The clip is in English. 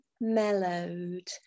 mellowed